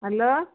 hello